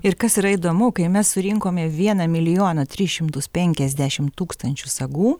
ir kas yra įdomu kai mes surinkome vieną milijoną tris šimtus penkiasdešimt tūkstančių sagų